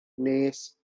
nes